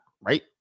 right